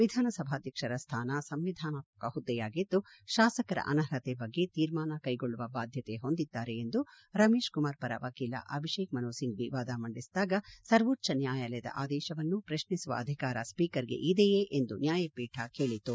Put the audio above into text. ವಿಧಾನಸಭಾಧ್ಯಕ್ಷರ ಸ್ಥಾನ ಸಂವಿಧಾನಾತ್ಮಕ ಹುದ್ದೆಯಾಗಿದ್ದು ಶಾಸಕರ ಅನರ್ಹತೆ ಬಗ್ಗೆ ತೀರ್ಮಾನ ಕೈಗೊಳ್ಳುವ ಬಾಧ್ಯತೆ ಹೊದಿದ್ದಾರೆ ಎಂದು ರಮೇಶ್ ಕುಮಾರ್ ಪರ ವಕೀಲ ಅಭಿಷೇಕ್ ಮನು ಸಿಂಫ್ಟಿ ವಾದ ಮಂಡಿಸಿದಾಗ ಸರ್ವೋಚ್ಛ ನ್ಕಾಯಾಲಯದ ಆದೇಶವನ್ನೂ ಪ್ರಶ್ನಿಸುವ ಅಧಿಕಾರ ಸ್ವೀಕರ್ಗೆ ಇದೆಯೇ ಎಂದು ನ್ಯಾಯಪೀಠ ಕೇಳಿತು